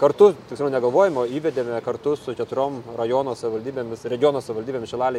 kartu tiksliau ne galvojame o įvedėme kartu su keturiom rajono savivaldybėmis regiono savivaldybėmis šilale